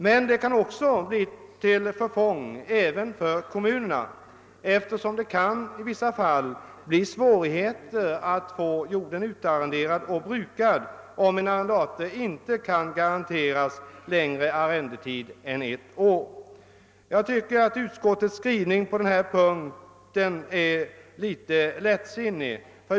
Men det kan också bli till förfång för kommunerna, eftersom det i vissa fall kan uppstå svårigheter att få jorden utarrenderad och brukad om en arrendator inte kan garanteras längre arrendetid än ett år. Jag tycker att utskottets skrivning på denna punkt är litet lättsinnig.